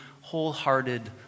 wholehearted